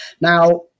Now